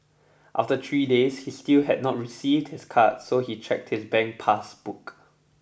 after three days he still had not received his card so he checked his bank pass book